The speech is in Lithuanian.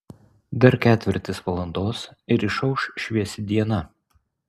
dar ketvirtis valandos ir išauš šviesi diena